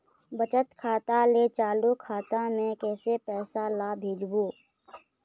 बचत खाता ले चालू खाता मे कैसे पैसा ला भेजबो?